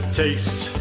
taste